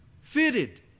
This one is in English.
Fitted